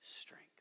strength